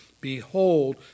Behold